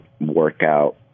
workout